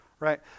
Right